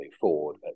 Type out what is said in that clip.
Ford